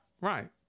Right